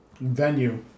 venue